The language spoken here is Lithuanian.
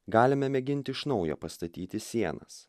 galime mėginti iš naujo pastatyti sienas